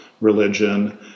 religion